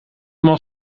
m’en